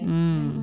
mm